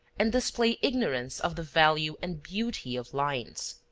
and display ignorance of the value and beauty of lines.